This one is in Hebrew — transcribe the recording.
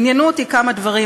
עניינו אותי כמה דברים.